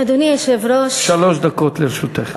אדוני היושב-ראש, שלוש דקות לרשותך.